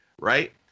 right